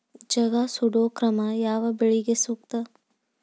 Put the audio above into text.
ಜಗಾ ಸುಡು ಕ್ರಮ ಯಾವ ಬೆಳಿಗೆ ಸೂಕ್ತ?